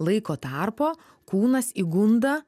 laiko tarpo kūnas įgunda